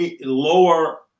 lower